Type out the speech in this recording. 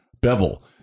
bevel